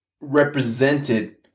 represented